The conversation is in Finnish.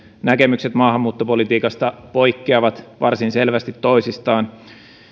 näkemykset maahanmuuttopolitiikasta poikkeavat varsin selvästi toisistaan